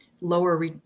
lower